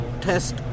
test